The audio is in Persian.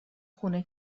خونه